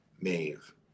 Maeve